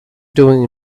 doing